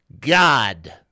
God